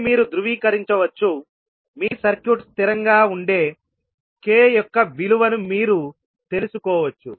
ఇది మీరు ధృవీకరించవచ్చు మీ సర్క్యూట్ స్థిరంగా ఉండే k యొక్క విలువను మీరు తెలుసుకోవచ్చు